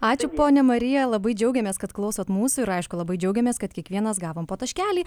ačiū ponia marija labai džiaugiamės kad klausot mūsų ir aišku labai džiaugiamės kad kiekvienas gavom po taškelį